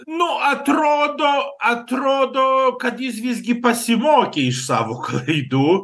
nu atrodo atrodo kad jis visgi pasimokė iš savo klaidų